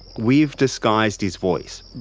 we've disguised his voice.